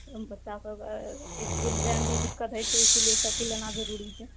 बच्चा सबके इसकुल जाए अबएमे दिक्कत होइत छै इसिलिए साइकिल लेना जरूरी छै